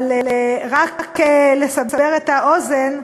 אבל רק לסבר את האוזן,